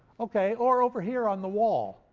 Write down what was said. okay, or over here on the wall,